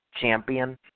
champion